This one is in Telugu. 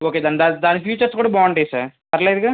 ఓకే దాని ఫీచర్స్ కూడా బాగుంటాయి సార్ పర్వాలేదుగా